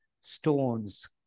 stones